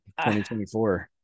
2024